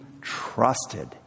trusted